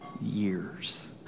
years